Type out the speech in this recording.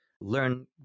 learn